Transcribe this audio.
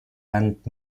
land